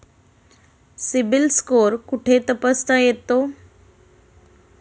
CIBIL score कुठे तपासता येतो?